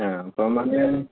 ആ അപ്പം അങ്ങനെയാണ്